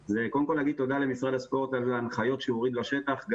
זה להגיד תודה למשרד הספורט על ההנחיות שהוריד לשטח,